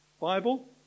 Bible